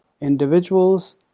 individuals